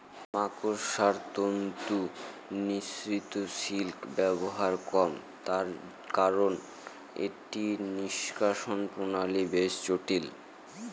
মাকড়সার তন্তু নিঃসৃত সিল্কের ব্যবহার কম তার কারন এটি নিঃষ্কাষণ প্রণালী বেশ জটিল